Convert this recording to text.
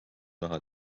naha